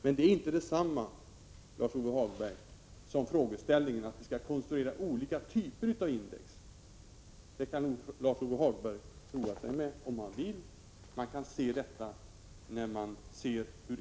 Det är dock inte detsamma, Lars-Ove Hagberg, som att vi skulle konstruera olika typer av index. Det kan Lars-Ove Hagberg roa sig med om han vill.